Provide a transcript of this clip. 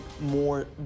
more